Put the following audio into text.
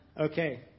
Okay